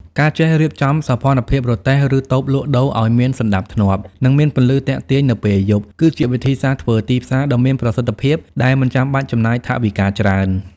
ការចេះរៀបចំសោភ័ណភាពរទេះ ឬតូបលក់ដូរឱ្យមានសណ្ដាប់ធ្នាប់ និងមានពន្លឺទាក់ទាញនៅពេលយប់ គឺជាវិធីសាស្ត្រធ្វើទីផ្សារដ៏មានប្រសិទ្ធភាពដែលមិនចាំបាច់ចំណាយថវិកាច្រើន។